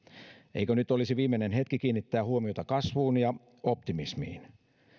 eikö nyt olisi viimeinen hetki kiinnittää huomiota kasvuun ja optimismiin